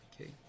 Okay